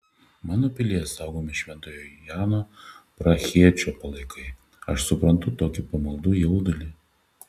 mano pilyje saugomi šventojo jano prahiečio palaikai aš suprantu tokį pamaldų jaudulį